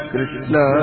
Krishna